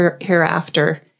hereafter